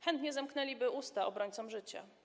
Chętnie zamknęliby usta obrońcom życia.